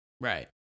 Right